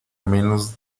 menos